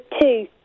two